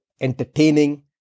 entertaining